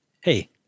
Hey